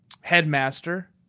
headmaster